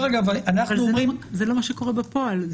זה לא מה שקורה בפועל.